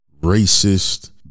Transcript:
racist